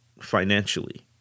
financially